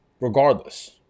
regardless